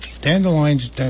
dandelions